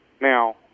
Now